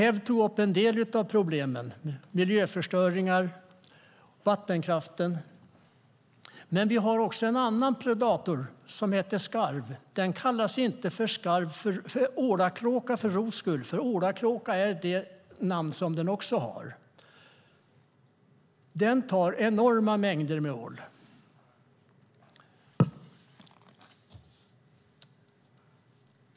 Kew tog upp en del av problemen - miljöförstöringen, vattenkraften - men vi har också en predator, och den heter skarv. Den kallas inte ålakråka för ros skull. Den tar enorma mängder ål.